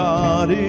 God